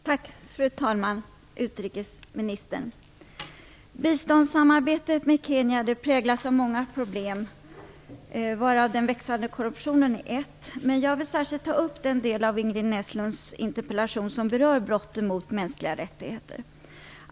Fru talman! Utrikesministern! Biståndssamarbetet med Kenya präglas av många problem, varav den växande korruptionen är ett sådant. Jag vill särskilt ta upp den del av Ingrid Näslunds interpellation som berör brotten mot mänskliga rättigheter.